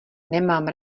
nemám